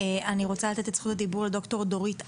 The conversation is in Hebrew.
אני רוצה לתת את זכות הדיבור לדוקטור דורית אדלר,